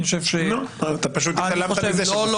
אני חושב -- אתה פשוט התעלמת מזה שגופי